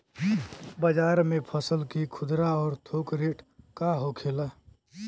बाजार में फसल के खुदरा और थोक रेट का होखेला?